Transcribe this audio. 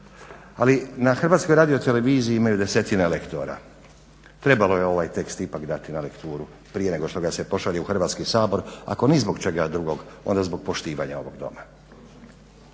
Ali na HRT-u imaju desetine lektora, trebalo je ipak ovaj tekst dati na lekturu prije nego što ga se pošalje u Hrvatski sabor ako ni zbog čega drugog onda zbog poštivanja ovog Doma.